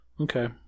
Okay